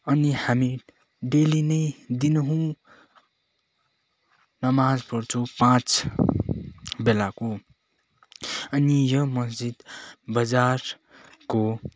अनि हामी डेली नै दिनहुँ नमाज पढ्छौँ पाँच बेलाको अनि यो मस्जिद बजारको